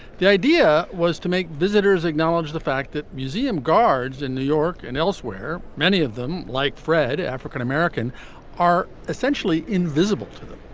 the idea was to make visitors acknowledge the fact that museum guards in new york and elsewhere many of them like fred african-american are essentially invisible to them.